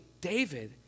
David